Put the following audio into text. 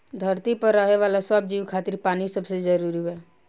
धरती पर रहे वाला सब जीव खातिर पानी सबसे जरूरी बा